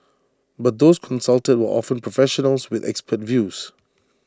but those consulted were often professionals with expert views